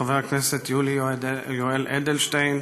חבר הכנסת יולי יואל אדלשטיין,